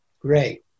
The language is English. Great